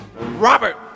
Robert